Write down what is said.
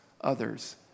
others